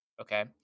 Okay